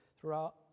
throughout